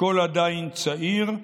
הכול עדיין צעיר,